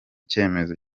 cyemezo